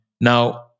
Now